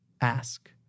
ask